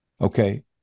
Okay